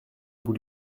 bout